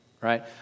right